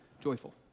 joyful